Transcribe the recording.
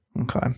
Okay